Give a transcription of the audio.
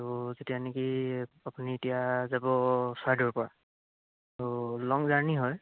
ত' তেতিয়া নেকি আপুনি এতিয়া যাব চৰাইদেউৰ পৰা ত' লং জাৰ্ণি হয়